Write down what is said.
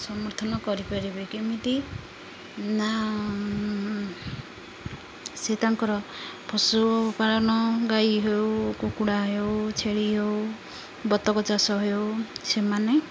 ସମର୍ଥନ କରିପାରିବେ କେମିତି ନା ସେ ତାଙ୍କର ପଶୁପାଳନ ଗାଈ ହେଉ କୁକୁଡ଼ା ହେଉ ଛେଳି ହେଉ ବତକ ଚାଷ ହେଉ ସେମାନେ